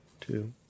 two